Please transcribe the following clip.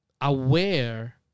aware